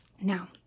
now